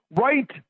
Right